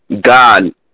God